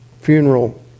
Funeral